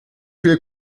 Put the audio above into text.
viel